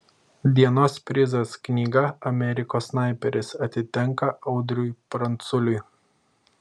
dienos prizas knyga amerikos snaiperis atitenka audriui pranculiui